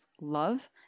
love